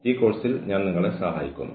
ഈ കോഴ്സിൽ ഞാൻ നിങ്ങളെ സഹായിക്കുന്നു